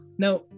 Now